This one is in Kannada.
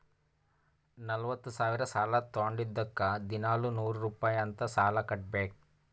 ನಲ್ವತ ಸಾವಿರ್ ಸಾಲಾ ತೊಂಡಿದ್ದುಕ್ ದಿನಾಲೂ ನೂರ್ ರುಪಾಯಿ ಅಂತ್ ಸಾಲಾ ಕಟ್ಬೇಕ್